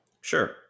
Sure